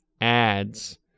ads